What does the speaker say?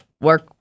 work